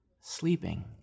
sleeping